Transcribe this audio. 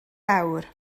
awr